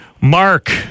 Mark